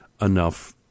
enough